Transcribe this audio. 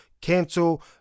cancel